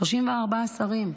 34 שרים,